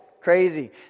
crazy